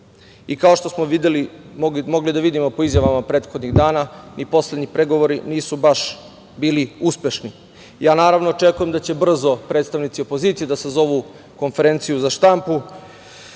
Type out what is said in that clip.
Kao što smo videli, mogli da vidimo po izjavama prethodnih dana, ni poslednji pregovori nisu baš bili uspešni. Ja naravno očekujem da će brzo predstavnici opozicije da sazovu konferenciju za štampu